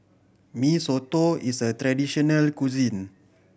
Mee Soto is a traditional cuisine